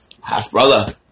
Half-brother